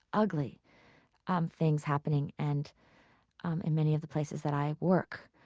ugly um things happening and um in many of the places that i work,